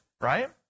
Right